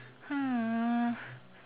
um